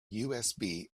usb